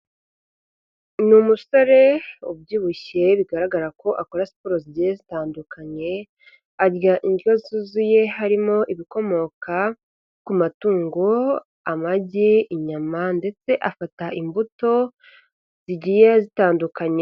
Ni umusore ubyibushye bigaragara ko akora siporo zigiye zitandukanye arya indyo zuzuye harimo ibikomoka ku matungo, amagi, inyama ndetse afata imbuto zigiye zitandukanye.